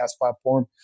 platform